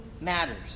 matters